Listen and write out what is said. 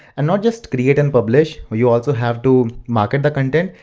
and not just create and publish, you also have to market the content.